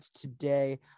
today